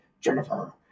Jennifer